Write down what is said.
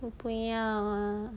我不要